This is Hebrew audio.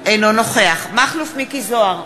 אינו נוכח מכלוף מיקי זוהר,